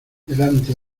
delante